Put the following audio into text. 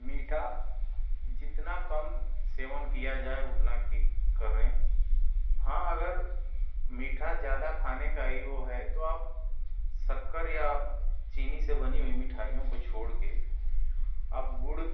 मीठा जितना कम सेवन किया जाए उतना कि करें हाँ अगर मीठा ज़्यादा खाने का ये ओ है तो आप शक्कर या आप चीनी से बनी हुई मिठाइयों को छोड़ के आप गुड़